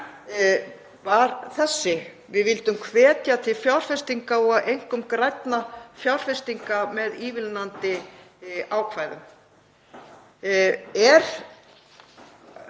var þessi: Við vildum hvetja til fjárfestinga og einkum grænna fjárfestinga með ívilnandi ákvæðum. Er